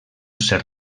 cert